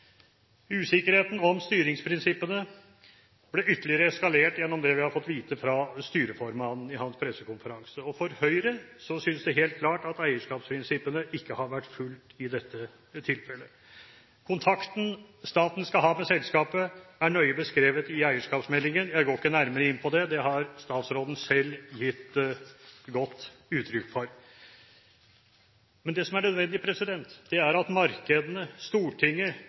Usikkerheten om styringsprinsippene ble ytterligere eskalert gjennom det vi fikk vite av styreformannen i hans pressekonferanse. For Høyre synes det helt klart at eierskapsprinsippene ikke har vært fulgt i dette tilfellet. Kontakten staten skal ha med selskapet, er nøye beskrevet i eierskapsmeldingen – jeg går ikke nærmere inn på det, det har statsråden selv gitt godt uttrykk for. Men det som er nødvendig, er at markedene, Stortinget